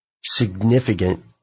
significant